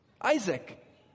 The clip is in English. Isaac